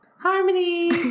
Harmony